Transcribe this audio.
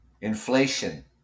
Inflation